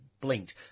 blinked